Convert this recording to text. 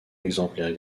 exemplaire